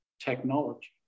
technology